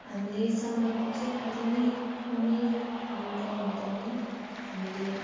हामीले समयको चाहिँ अहिले नै उमेर अनि टाइम हुँदा नै हामीले